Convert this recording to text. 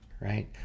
right